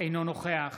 אינו נוכח